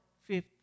fifth